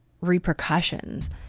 repercussions